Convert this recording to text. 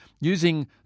using